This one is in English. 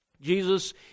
Jesus